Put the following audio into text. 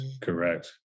correct